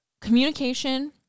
communication